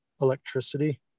electricity